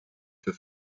für